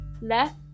left